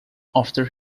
after